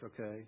okay